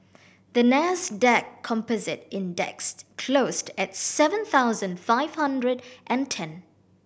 the Nasdaq Composite Index closed at seven thousand five hundred and ten